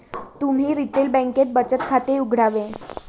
तुम्ही रिटेल बँकेत बचत खाते उघडावे